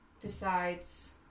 Decides